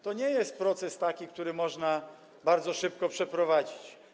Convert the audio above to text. To nie jest proces, który można bardzo szybko przeprowadzić.